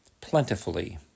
plentifully